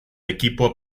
equipo